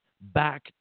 back